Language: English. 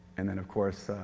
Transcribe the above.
and then of course,